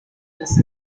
las